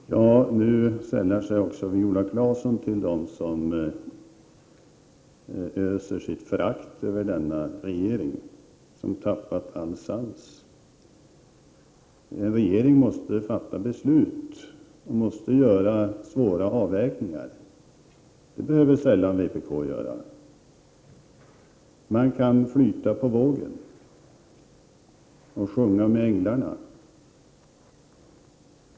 Fru talman! Nu sällar sig också Viola Claesson till dem som öser sitt förakt över denna regering, som ”tappat all sans”. En regering måste fatta beslut och måste göra svåra avvägningar. Det behöver vpk sällan göra. Man kan flyta på vågen och sjunga med änglarna.